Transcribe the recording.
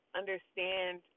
understand